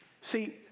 See